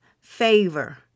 favor